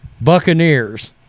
Buccaneers